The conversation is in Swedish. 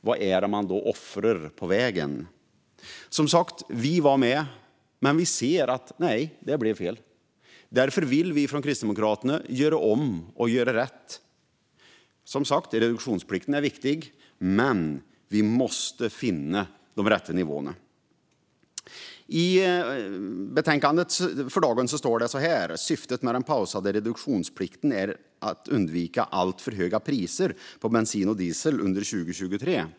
Vad är det man offrar på vägen? Vi var som sagt med, men vi ser att det blev fel. Därför vill vi från Kristdemokraterna göra om och göra rätt. Som sagt, reduktionsplikten är viktig, men vi måste finna de rätta nivåerna. I betänkandet står det att syftet med den pausade reduktionsplikten är att undvika alltför höga priser på bensin och diesel under 2023.